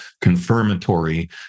confirmatory